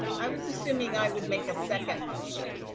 i was assuming i would make a second motion.